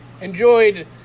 Enjoyed